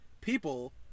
people